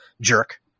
jerk